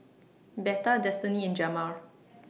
Betha Destinee and Jamar